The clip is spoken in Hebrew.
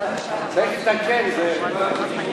חוק שיווי זכויות האישה (תיקון,